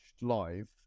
live